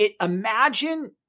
Imagine